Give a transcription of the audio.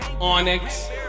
onyx